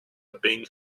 pink